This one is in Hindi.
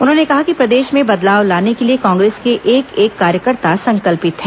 उन्होंने कहा कि प्रदेश में बदलाव लाने के लिए कांग्रेस के एक एक कार्यकर्ता संकल्पित हैं